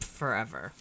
forever